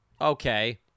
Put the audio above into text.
Okay